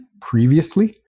previously